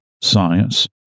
science